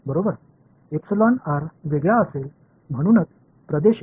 बरोबर वेगळा असेल म्हणूनच प्रदेश एक